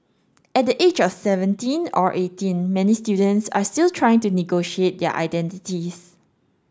at the age of seventeen or eighteen many students are still trying to negotiate their identities